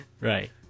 Right